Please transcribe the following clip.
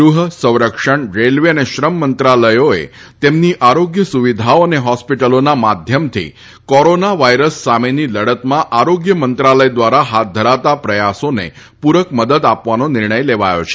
ગૃહ સંરક્ષણ રેલવે અને શ્રમ મંત્રાલયોએ તેમની આરોગ્ય સુવિધાઓ અને હોસ્પિટલોના માધ્યમથી કોરોના વાયરસ સામેની લડતમાં આરોગ્ય મંત્રાલય દ્વારા હાથ ધરાતા પ્રયાસોને પુરક મદદ આપવાનો નિર્ણય લેવાયો છે